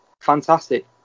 fantastic